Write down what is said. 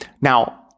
Now